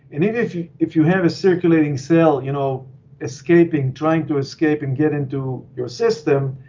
and even if you if you have a circulating cell you know escaping, trying to escape and get into your system,